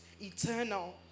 eternal